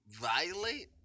violate